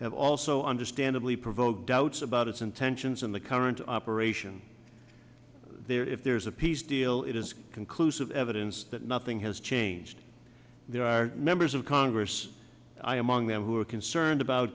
have also understandably provoked doubts about its intention in the current operation there if there is a peace deal it is conclusive evidence that nothing has changed there are members of congress i among them who are concerned about